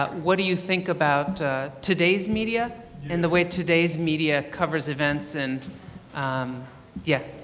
but what do you think about today's media and the way today's media covers events and um yeah